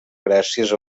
gràcies